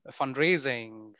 fundraising